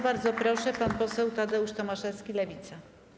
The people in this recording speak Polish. Bardzo proszę, pan poseł Tadeusz Tomaszewski, Lewica.